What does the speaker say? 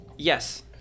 Yes